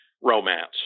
romance